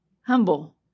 Humble